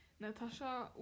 Natasha